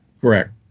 Correct